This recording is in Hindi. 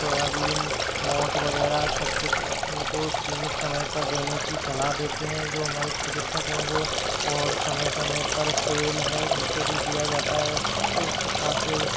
सोयाबीन मोठ वगैरह सब कुछ उनको सीमित समय पर देने की सलाह देते हैं जो हमारे चिकित्सक हैं वो और समय समय पर तेल है उनको भी दिया जाता है तो इस प्रकार से